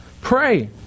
pray